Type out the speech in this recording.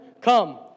Come